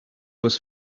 was